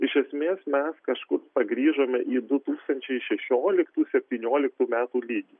iš esmės mes kažkur pagrįžome į du tūkstančiai šešioliktų septynioliktų metų lygį